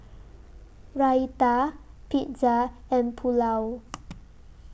Raita Pizza and Pulao